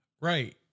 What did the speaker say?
Right